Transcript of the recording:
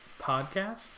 podcast